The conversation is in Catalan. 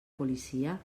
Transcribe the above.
policia